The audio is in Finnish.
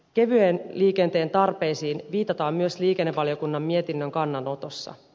kevyen liikenteen tarpeisiin viitataan myös liikennevaliokunnan mietinnön kannanotossa